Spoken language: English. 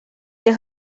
they